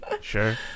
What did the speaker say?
sure